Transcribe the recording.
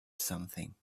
something